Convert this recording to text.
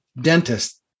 dentist